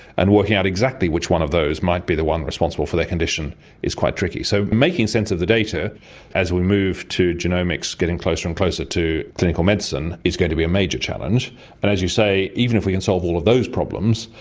and working out exactly which one of those might be the one responsible for their condition is quite tricky. so making sense of the data as we move to genomics getting closer and closer to clinical medicine is going to be a major challenge. but as you say, even if we can solve all of those problems,